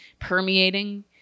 permeating